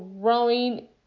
growing